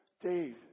Dave